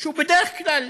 שהוא בדרך כלל